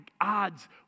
odds